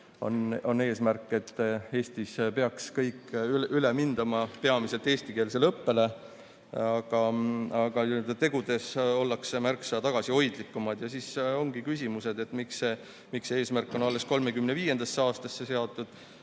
on eesmärk, et Eestis peaks üle mindama peamiselt eestikeelsele õppele, aga tegudes ollakse märksa tagasihoidlikumad. Ja siis ongi küsimused, et miks see eesmärk on alles 2035. aastasse seatud,